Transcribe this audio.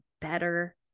better